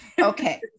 Okay